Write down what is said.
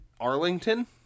Arlington